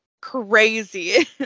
crazy